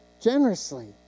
generously